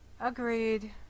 Agreed